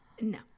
No